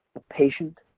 a patient,